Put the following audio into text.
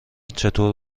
چطور